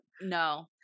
No